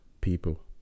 people